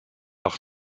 auch